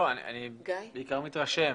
לא, אני בעיקר מתרשם.